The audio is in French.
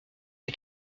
est